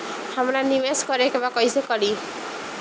हमरा निवेश करे के बा कईसे करी?